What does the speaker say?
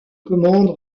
commande